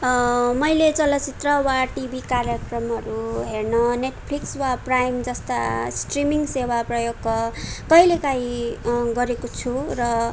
मैले चलचित्र वा टिभी कार्यक्रमहरू हेर्न नेटफ्लिक्स वा प्राइम जस्ता स्ट्रिमिङ सेवा प्रयोग कहिलेकाहीँ गरेको छु र